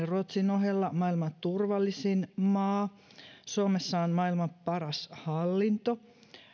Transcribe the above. ruotsin ohella maailman turvallisin maa suomessa on maailman paras hallinto